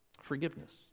Forgiveness